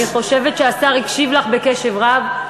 אני חושבת שהשר הקשיב לך בקשב רב.